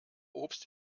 obst